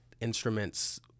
Instruments